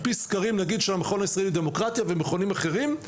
על פי סקרים של המכון הלאומי לדמוקרטיה וסקרים אחרים,